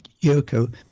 Yoko